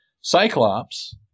Cyclops